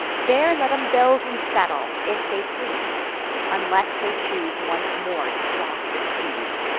there let'em build and settle, if they please unless they choose once more to cross the seas,